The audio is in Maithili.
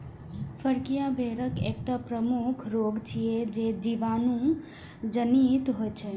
फड़कियां भेड़क एकटा प्रमुख रोग छियै, जे जीवाणु जनित होइ छै